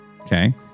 Okay